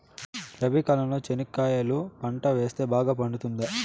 రబి కాలంలో చెనక్కాయలు పంట వేస్తే బాగా పండుతుందా?